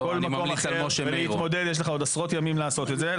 לכל מקום אחר להתמודד יש לך עוד עשרות ימים לעשות את זה.